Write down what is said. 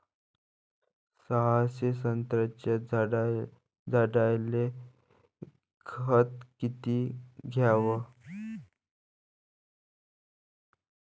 सहाशे संत्र्याच्या झाडायले खत किती घ्याव?